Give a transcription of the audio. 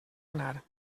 anar